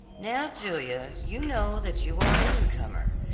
now, julia, you know that you are a newcomer,